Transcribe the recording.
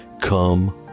come